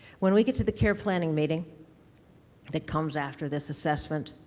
when we get to the care planning meeting that comes after this assessment,